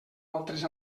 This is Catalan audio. altres